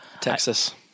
Texas